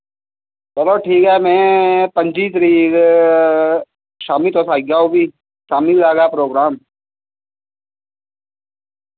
चलो ठीक ऐ मैं पंजी तरीक शाम्मी तुस आई जाओ फ्ही शाम्मी दा गै प्रोग्राम